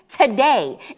today